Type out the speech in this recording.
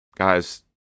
Guys